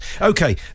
Okay